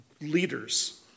leaders